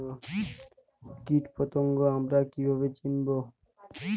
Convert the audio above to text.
কীটপতঙ্গ আমরা কীভাবে চিনব?